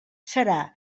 serà